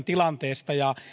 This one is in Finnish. tilanteesta ja